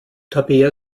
tabea